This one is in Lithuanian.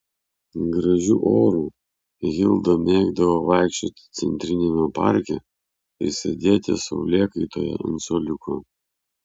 gražiu oru hilda mėgdavo vaikščioti centriniame parke ir sėdėti saulėkaitoje ant suoliuko